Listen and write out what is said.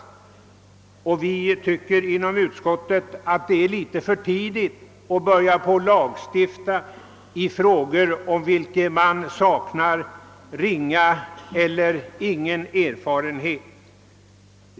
Inom utskottet tycker vi därför att det är litet för tidigt att nu börja lagstifta i dessa frågor, där man ännu endast fått ringa eller ingen erfarenhet.